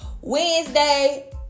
Wednesday